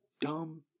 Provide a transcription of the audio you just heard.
dumb